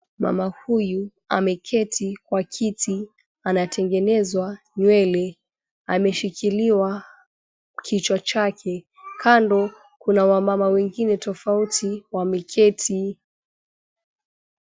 Mama huyu ameketi kwa kiti. Anatengenezwa nywele. Ameshikiliwa kichwa chake. Kando kuna wamama wengine tofauti wameketi.